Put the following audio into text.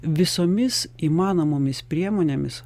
visomis įmanomomis priemonėmis